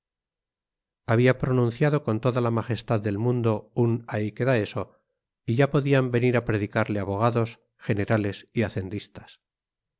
había pronunciado con toda la majestad del mundo un ahí queda eso y ya podían venir a predicarle abogados generales y